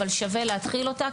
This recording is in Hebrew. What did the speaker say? אבל שווה להתחיל אותה,